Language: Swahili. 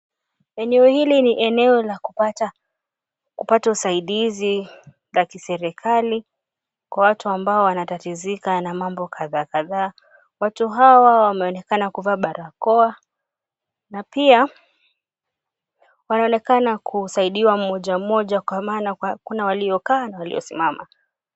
Eneo hili ni eneo la kupata usaidizi la kiserikali kwa watu ambao wanatatizika na mambo kadhaa kadhaa. Watu hawa wameonekana kuvaa barakoa na pia wanaonekana kusaidiwa mmoja mmoja kwa maana kuna walio kaa na walio simama.